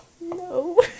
no